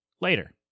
later